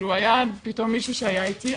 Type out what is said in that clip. היה פתאום מישהו שהיה איתי,